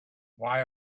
why